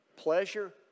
Pleasure